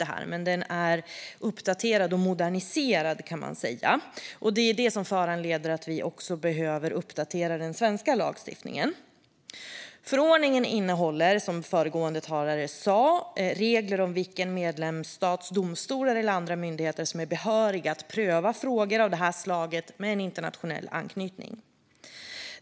Men förordningen är alltså uppdaterad och moderniserad, och det är det som föranleder oss att uppdatera den svenska lagstiftningen. Förordningen innehåller, som föregående talare sa, regler om vilken medlemsstats domstolar eller andra myndigheter som är behöriga att pröva frågor av det här slaget med en internationell anknytning.